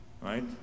right